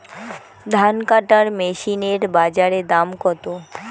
ধান কাটার মেশিন এর বাজারে দাম কতো?